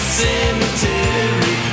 cemetery